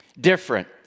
different